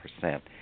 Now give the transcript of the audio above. percent